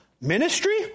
ministry